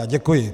Děkuji.